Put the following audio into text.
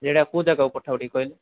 ଏଇଟା କେଉଁ ଜାଗାକୁ ପଠା ହେବ ଟିକେ କହିଲେ